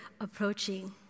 approaching